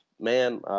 man